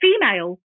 female